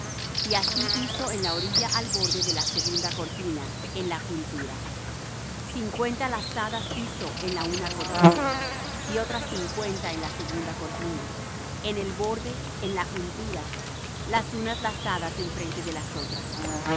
y así hizo en la orilla al borde de la segunda cortina en la juntura cincuenta lazadas hizo en la una cortina y otras cincuenta en la segunda cortina en el borde en la juntura las unas lazadas enfrente de las otras